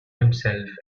himself